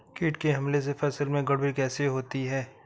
कीट के हमले से फसल में गड़बड़ी कैसे होती है?